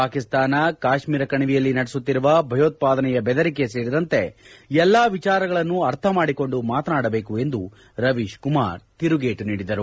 ಪಾಕಿಸ್ತಾನ ಕಾಶ್ಮೀರ ಕಣಿವೆಯಲ್ಲಿ ನಡೆಸುತ್ತಿರುವ ಭಯೋತ್ಪಾದನೆಯ ಬೆದರಿಕೆ ಸೇರಿದಂತೆ ಎಲ್ಲ ವಿಚಾರಗಳನ್ನು ಅರ್ಥ ಮಾಡಿಕೊಂಡು ಮಾತನಾಡಬೇಕು ಎಂದು ರವೀಶ್ಕುಮಾರ್ ತಿರುಗೇಟು ನೀಡಿದರು